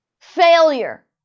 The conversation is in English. Failure